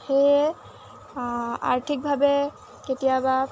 সেয়ে আৰ্থিকভাৱে কেতিয়াবা